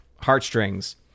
heartstrings